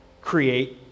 create